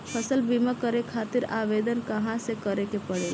फसल बीमा करे खातिर आवेदन कहाँसे करे के पड़ेला?